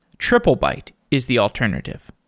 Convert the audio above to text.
triplebyte is the alternative.